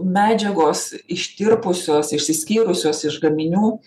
medžiagos ištirpusios išsiskyrusios iš gaminių